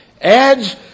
adds